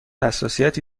حساسیتی